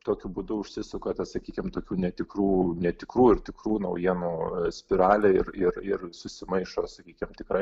tokiu būdu užsisuka tas sakykim tokių netikrų netikrų ir tikrų naujienų spiralė ir ir ir susimaišo sakykim tikra